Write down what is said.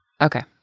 Okay